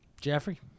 Jeffrey